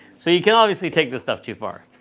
so you can obviously take this stuff too far.